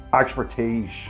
expertise